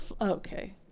Okay